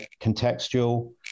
contextual